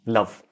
Love